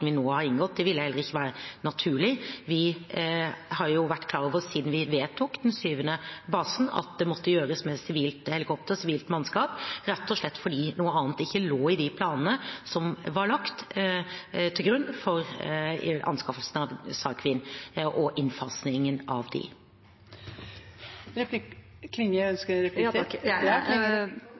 vi nå har inngått. Det ville heller ikke være naturlig. Vi har jo vært klar over siden vi vedtok den syvende basen at det måtte gjøres med sivilt helikopter og sivilt mannskap, rett og slett fordi noe annet ikke lå i de planene som var lagt til grunn for anskaffelsen av SAR Queen og innfasingen av dem. Eg skal berre følgje opp dette litt. Det er jo kjekt å høyre at